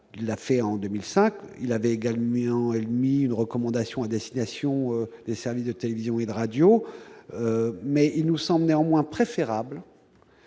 il l'a fait en 2005, il avait également émis une recommandation à destination des services de télévision et de radio. Il nous semble néanmoins préférable